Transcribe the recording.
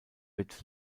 wird